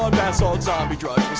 bathsalt-zombie-drugs,